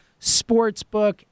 Sportsbook